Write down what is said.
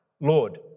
Lord